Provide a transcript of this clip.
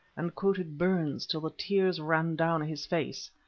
and quoted burns till the tears ran down his face,